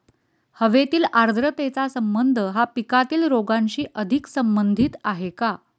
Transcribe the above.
हवेतील आर्द्रतेचा संबंध हा पिकातील रोगांशी अधिक संबंधित आहे का?